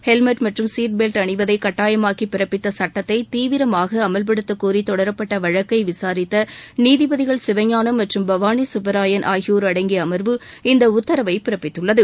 helmet மற்றும் seat belt அணிவதை கட்டாயமாக்கி பிறப்பித்த சுட்டத்தை தீவிரமாக அமல்படுத்தக்கோரி தொடரப்பட்ட வழக்கை விசாரித்த நீதிபதிகள் சிவஞானம் மற்றும் பவானி சுப்பராயன் ஆகியோர் அடங்கிய அமர்வு இந்த உத்தரவை பிறப்பித்துள்ளது